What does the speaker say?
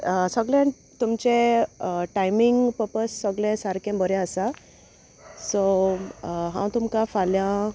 सोगळें तुमचे timing papers सोगलें सारकें बोरें आसा सो हांव तुमकां फाल्यां